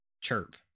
Chirp